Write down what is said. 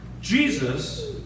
Jesus